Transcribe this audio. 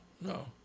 No